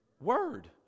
word